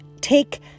take